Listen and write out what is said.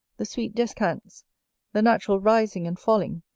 the sweet descants, the natural rising and falling,